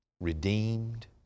redeemed